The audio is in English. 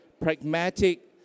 pragmatic